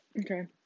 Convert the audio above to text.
Okay